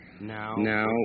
now